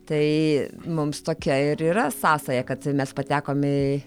taai mums tokia ir yra sąsaja kad mes patekom į